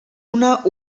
una